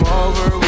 over